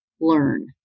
learn